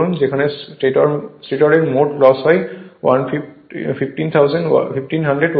যেখানে স্টেটরের মোট লস হয় 1500 ওয়াট